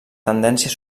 tendència